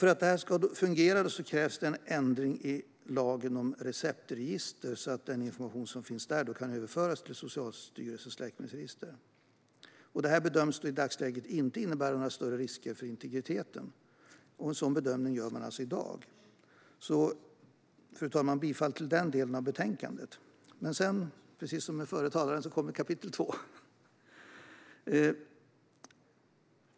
För att det här ska fungera krävs det en ändring i lagen om receptregister så att den information som finns där kan överföras till Socialstyrelsens läkemedelsregister. Det här bedöms i dagsläget inte innebära några större risker för integriteten. Den bedömningen gör man alltså i dag. Fru talman! Jag yrkar bifall till den delen av betänkandet. Men sedan kommer, precis som den förra talaren påpekade, kapitel två.